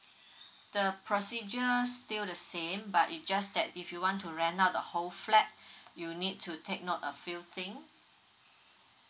the procedure still the same but it just that if you want to rent out the whole flat you need to take note a few thing